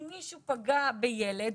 אם מישהו פגע בילד,